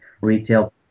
retail